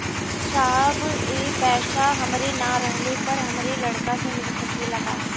साहब ए पैसा हमरे ना रहले पर हमरे लड़का के मिल सकेला का?